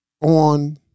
on